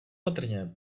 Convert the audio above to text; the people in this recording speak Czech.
opatrně